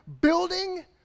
building